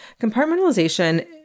Compartmentalization